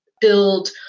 build